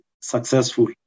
successful